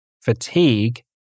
fatigue